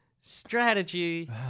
strategy